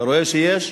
אתה רואה שיש?